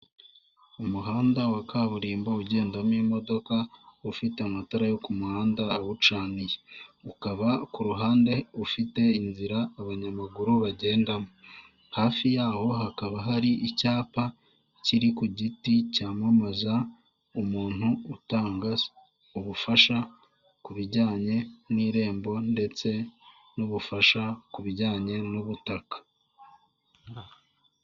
Umuhanda wa kaburimbo ugendamo imodoka, ufite amatara yo ku muhanda awucaniye ukaba ku ruhande ufite inzira abanyamaguru bagendamo, hafi yaho hakaba hari icyapa kiri ku giti cyamamaza umuntu utanga ubufasha ku bijyanye n'irembo ndetse n'ubufasha ku bijyanye n'ubutaka.